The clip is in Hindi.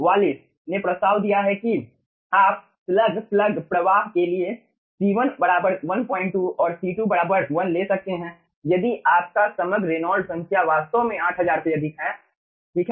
वालिस ने प्रस्ताव दिया है कि आप स्लग प्लग प्रवाह के लिए C1 12 और C2 1 ले सकते हैं यदि आपका समग्र रेनॉल्ड्स संख्या वास्तव में 8000 से अधिक है ठीक है